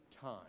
time